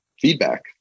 feedback